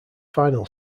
final